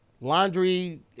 Laundry